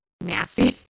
nasty